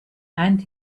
and